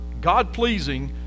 God-Pleasing